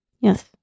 Yes